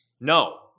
No